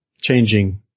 changing